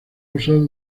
usado